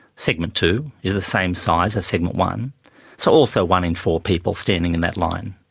segment two, is the same size as segment one so also one in four people standing in that line.